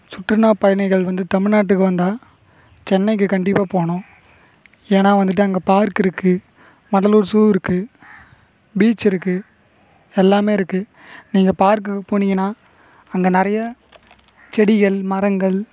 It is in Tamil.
சுற்றுனா பயணிகள் வந்து தமிழ்நாட்டுக்கு வந்தால் சென்னைக்கு கண்டிப்பாக போகணும் ஏன்னால் வந்துட்டு அங்க பார்க் இருக்குது வண்டலூர் ஜூ இருக்கு பீச் இருக்குது எல்லாமே இருக்கு நீங்கள் பார்க்குக்கு போனீங்கன்னா அங்கே நிறைய செடிகள் மரங்கள்